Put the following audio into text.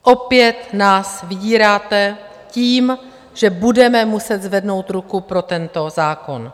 Opět nás vydíráte tím, že budeme muset zvednout ruku pro tento zákon.